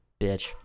bitch